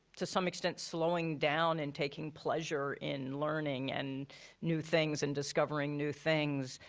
to some extent slowing down and taking pleasure in learning and new things and discovering new things,